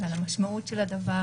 על המשמעות של הדבר